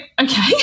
okay